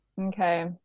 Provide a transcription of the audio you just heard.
Okay